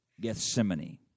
Gethsemane